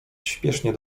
śpiesznie